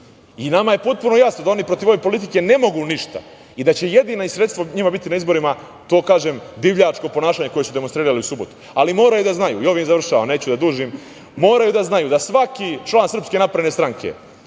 je potpuno jasno da oni protiv ove politike ne mogu ništa i da će jedino sredstvo njima biti na izborima, da tako kažem, divljačko ponašanje, koje su demonstrirali u subotu. Ali, moraju da znaju, i ovim završavam neću da dužim, moraju da znaju da svaki član SNS će da brani